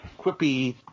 quippy